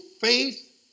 faith